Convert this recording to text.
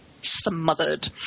smothered